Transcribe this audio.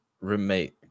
roommate